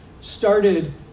started